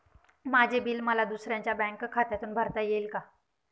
माझे बिल मला दुसऱ्यांच्या बँक खात्यातून भरता येईल का?